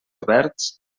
oberts